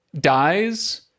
dies